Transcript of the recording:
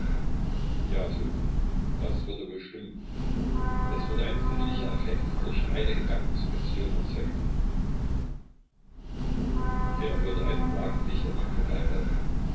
ja so das würde wohl stimmen es wurde ein sinnlicher effekt durch reine gedankensuggestion erzeugt er hörte einen wagen dicht an ihm vorbei rollen